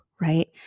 right